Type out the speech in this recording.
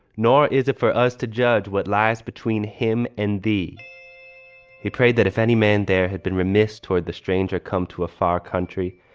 nor is it for us to judge what lies between him and the he prayed that if any man there had been remiss toward the stranger come to a far country,